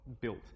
built